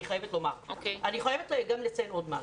אני חייבת לציין עוד משהו.